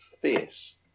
fierce